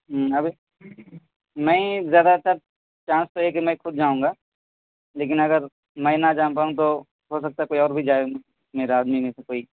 نہیں زیادہ تر چانس ہے کہ میں خود جاؤں گا لیکن اگر میں نہ جا پاؤں تو ہو سکتا ہے کوئی اور بھی جائے میرا آدمی میں سے کوئی